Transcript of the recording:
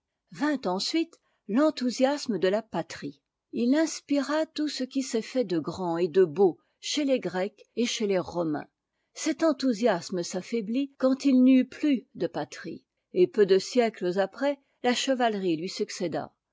vint ensuite l'enthousiasme de la patrie il inspira tout ce qui s'est fait de grand et de beau chez les grecs et chez lés romains cet enthousiasme s'affaiblit quand il n'y eut plus de patrie et peu de siècles après la chevalerie lui succéda